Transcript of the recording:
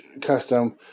custom